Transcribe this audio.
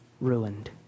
ruined